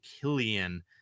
Killian